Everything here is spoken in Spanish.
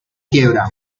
quiebra